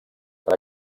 per